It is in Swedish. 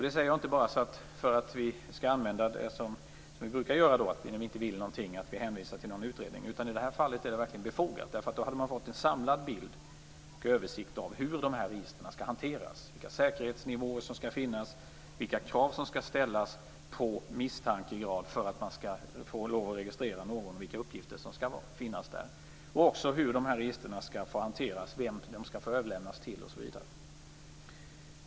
Jag säger inte detta av den vanliga anledningen, dvs. att om man inte vill att något skall hända hänvisar man till en utredning. I det här fallet är det befogat. Då hade vi fått samlad bild av hur registren skall hanteras, dvs. vilka säkerhetsnivåer som skall finnas, vilka krav som skall ställas på misstankegrad för att få lov att registrera någon och vilka uppgifter som skall vara med. Vidare är det fråga om hur registren skall hanteras, till vilka de skall överlämnas till osv.